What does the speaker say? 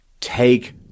take